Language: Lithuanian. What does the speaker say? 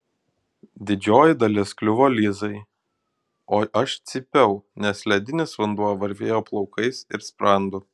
didžioji dalis kliuvo lisai o aš cypiau nes ledinis vanduo varvėjo plaukais ir sprandu